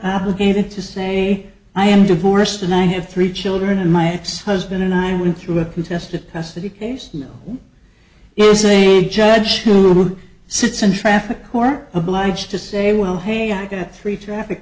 obligated to say i am divorced and i have three children and my ex husband and i went through a contested custody case no one is a judge who sits in traffic court obliged to say well hey i got three traffic